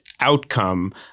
outcome